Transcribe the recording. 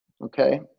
Okay